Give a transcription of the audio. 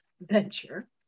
venture